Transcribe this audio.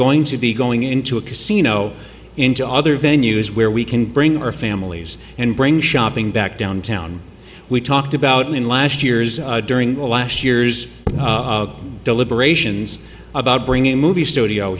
going to be going into a casino into other venues where we can bring our families and bring shopping back downtown we talked about in last years during last year's deliberations about bringing movie studio